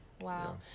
Wow